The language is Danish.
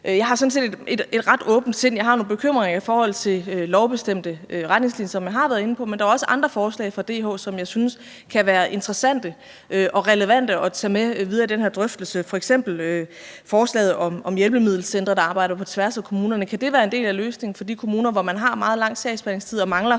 Jeg har sådan set et ret åbent sind. Jeg har nogle bekymringer i forhold til lovbestemte retningslinjer, hvad jeg har været inde på, men der er også andre forslag fra Danske Handicaporganisationer, som jeg synes kan være interessante og relevante at tage med videre i den her drøftelse, f.eks. forslaget om hjælpemiddelcentre, der arbejder på tværs af kommunerne. Kan det være en del af løsningen for de kommuner, hvor man har meget lang sagsbehandlingstid og mangler